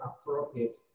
appropriate